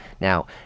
Now